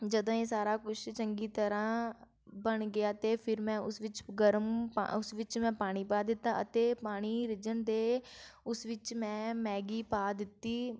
ਜਦੋਂ ਇਹ ਸਾਰਾ ਕੁਛ ਚੰਗੀ ਤਰ੍ਹਾਂ ਬਣ ਗਿਆ ਤਾਂ ਫਿਰ ਮੈਂ ਉਸ ਵਿੱਚ ਗਰਮ ਪਾ ਉਸ ਵਿੱਚ ਮੈਂ ਪਾਣੀ ਪਾ ਦਿੱਤਾ ਅਤੇ ਪਾਣੀ ਰਿੱਝਣ ਦੇ ਉਸ ਵਿੱਚ ਮੈਂ ਮੈਗੀ ਪਾ ਦਿੱਤੀ